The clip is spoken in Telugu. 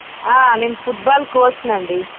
నేను ఫుడ్బాల కోచ్నండి